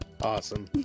Awesome